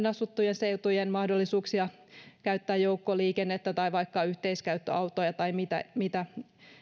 asuttujen seutujen mahdollisuuksia käyttää joukkoliikennettä tai vaikka yhteiskäyttöautoja tai mitä mitä